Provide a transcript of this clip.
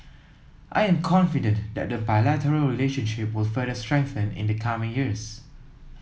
I am confident that the bilateral relationship will further strengthen in the coming years